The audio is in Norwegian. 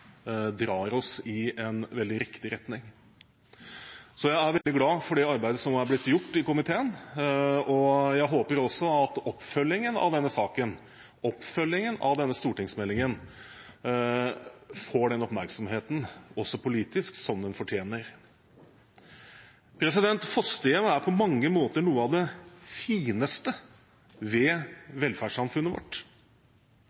drar oss i en veldig riktig retning. Så jeg er veldig glad for det arbeidet som er blitt gjort i komiteen, og jeg håper også at oppfølgingen av denne saken, av denne stortingsmeldingen, får den oppmerksomheten – også politisk – som den fortjener. Fosterhjem er på mange måter noe av det fineste ved